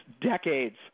decades